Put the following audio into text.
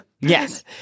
Yes